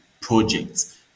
projects